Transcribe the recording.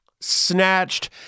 snatched